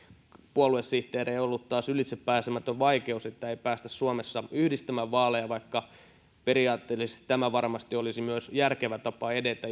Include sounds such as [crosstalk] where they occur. puoluesihteereille ollut taas ylitsepääsemätön vaikeus ei päästä suomessa yhdistämään vaaleja vaikka jotta pystyisimme äänestysaktiivisuutta nostamaan periaatteellisesti varmasti se olisi myös järkevä tapa edetä [unintelligible]